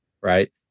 right